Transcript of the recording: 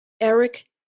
Eric